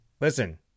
listen